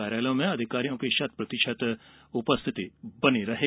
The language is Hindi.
कार्यालयों में अधिकारियों की शतप्रतिशत उपस्थिति भी बनी रहेगी